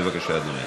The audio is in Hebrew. בבקשה, אדוני.